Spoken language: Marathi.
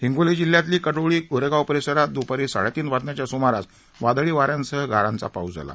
हिंगोली जिल्ह्यातील कडोळी गोरेगाव परिसरात दूपारी साडेतीन वाजण्याच्या सुमारास वादळी वाऱ्यासह गारांचा पाऊस झाला